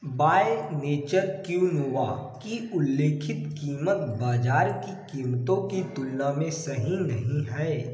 by nature quinoa की उल्लेखित कीमत बाजार की कीमतों की तुलना मे सही नहीं है